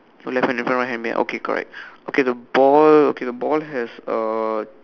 so left hand in front right hand behind okay correct okay the ball okay the ball has a